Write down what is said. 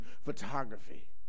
photography